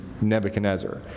Nebuchadnezzar